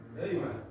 Amen